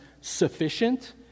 sufficient